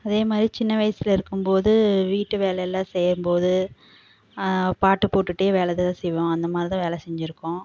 அதேமாதிரி சின்ன வயசில் இருக்கும் போது வீட்டு வேலை எல்லாம் செய்யும் போது பாட்டு போட்டுகிட்டே வேலை ஏதாவது செய்வோம் அந்தமாதிரிதான் வேலை செஞ்சுருக்கோம்